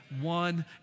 One